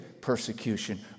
persecution